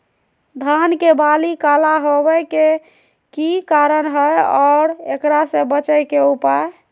धान के बाली काला होवे के की कारण है और एकरा से बचे के उपाय?